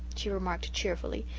she remarked cheerfully.